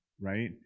right